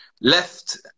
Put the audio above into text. Left